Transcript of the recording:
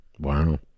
Wow